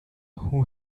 who